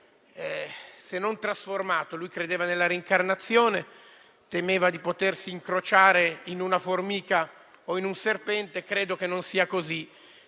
si sia trasformato: lui, infatti, credeva nella reincarnazione, temeva di potersi incrociare in una formica o in un serpente. Credo che non sia così